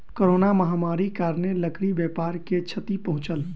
corona महामारीक कारणेँ लकड़ी व्यापार के क्षति पहुँचल